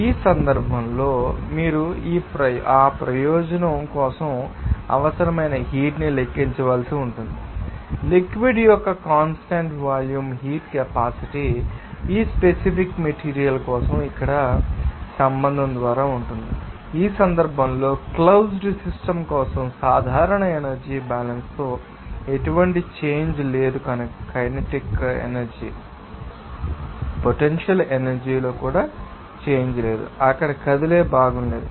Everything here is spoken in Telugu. ఈ సందర్భంలో మీరు ఈ ప్రయోజనం కోసం అవసరమైన హీట్ ని లెక్కించవలసి ఉంటుంది లిక్విడ్ యొక్క కాన్స్టాంట్ వాల్యూమ్ హీట్ కెపాసిటీ ఈ స్పెసిఫిక్ మెటీరియల్ కోసం ఇక్కడ కింది సంబంధం ద్వారా ఇవ్వబడుతుంది ఈ సందర్భంలో క్లోజ్డ్ సిస్టమ్ కోసం సాధారణ ఎనర్జీ బ్యాలన్స్ తో ఎటువంటి చేంజ్ లేదుకైనెటిక్ ఎనర్జీ పొటెన్షియల్ ఎనర్జీ లో కూడా చేంజ్ లేదు అక్కడ కదిలే భాగం లేదు